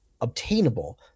obtainable